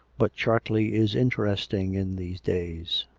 but chartley is interesting in these days.